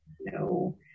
no